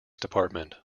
department